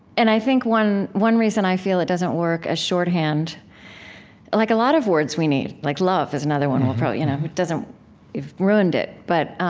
and i think one one reason i feel it doesn't work as shorthand like a lot of words we need like love is another one we'll probably you know it doesn't we've ruined it. but